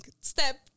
step